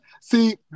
see